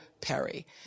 Perry